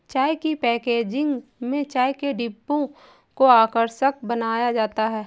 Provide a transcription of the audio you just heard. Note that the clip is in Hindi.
चाय की पैकेजिंग में चाय के डिब्बों को आकर्षक बनाया जाता है